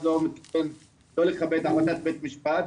לא מתכוון לא לכבד את החלטת בית משפט,